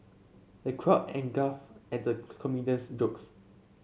the crowd and guff at the comedian's jokes